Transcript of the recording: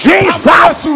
Jesus